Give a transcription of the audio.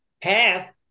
path